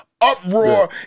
uproar